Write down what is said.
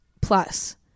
plus